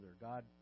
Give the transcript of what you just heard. God